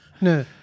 No